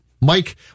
Mike